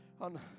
on